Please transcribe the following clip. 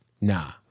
Nah